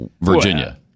Virginia